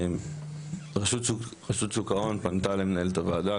רשות שוק ההון פנתה למנהלת הוועדה,